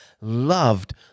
loved